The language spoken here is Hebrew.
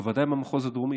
בוודאי במחוז הדרומי,